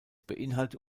beinhaltet